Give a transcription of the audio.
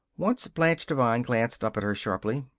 once blanche devine glanced up at her sharply.